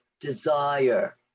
desire